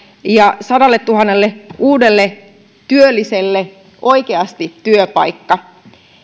ja sadalletuhannelle uudelle työlliselle oikeasti työpaikka